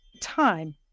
time